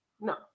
No